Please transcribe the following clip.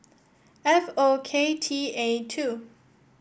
F O K T A two